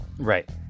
Right